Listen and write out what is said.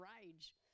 rage